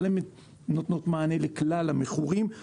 אבל הן נותנות מענה לכלל המכורים,